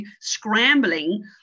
scrambling